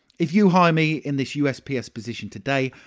if you hire me in this usps position today,